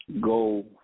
go